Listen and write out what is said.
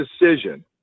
decision